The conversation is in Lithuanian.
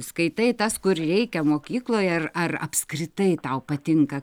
skaitai tas kur reikia mokykloje ar ar apskritai tau patinka